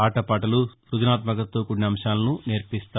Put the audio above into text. ఆటపాటలు స్పజనాత్యకతతో కూడిన అంశాలను నేర్పిస్తారు